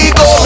go